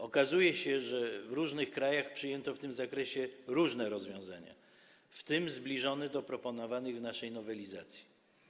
Okazuje się, że w różnych krajach przyjęto w tym zakresie różne rozwiązania, w tym zbliżone do proponowanych w naszej nowelizacji.